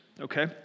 Okay